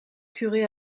curé